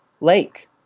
lake